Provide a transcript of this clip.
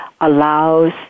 allows